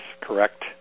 correct